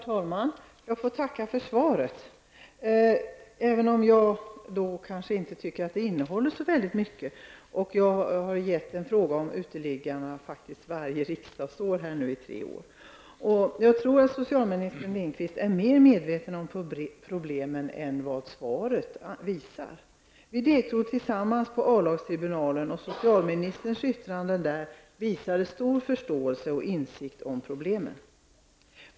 Herr talman! Jag får tacka för svaret, även om jag kanske inte tycker att det innehåller så mycket. Jag har ställt en fråga om uteliggarna varje riksdagsår i tre år nu. Jag tror att statsrådet Lindqvist är mer medveten om problemen än vad svaret visar. Vi deltog tillsammans på A-lagstribunalen. Statsrådets yttranden där visade stor förståelse och insikt om problemen.